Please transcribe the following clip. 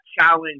challenge